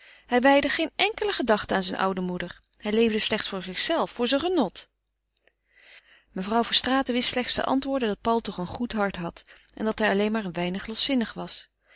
hij weidde geen enkele gedachte aan zijn oude moeder hij leefde slechts voor zichzelven voor zijn genot mevrouw verstraeten wist slechts te antwoorden dat paul toch een goed hart had en dat hij alleen maar een weinig loszinnig was